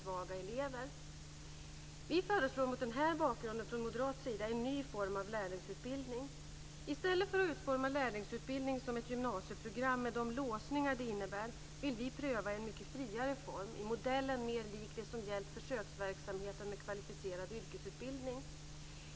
Vi från moderat sida föreslår mot den bakgrunden en ny form av lärlingsutbildning. I stället för att utforma lärlingsutbildning som ett gymnasieprogram med de låsningar som det innebär vill vi pröva en mycket friare form i modellen mer likt det som gällt försöksverksamheten med kvalificerad yrkesutbildning.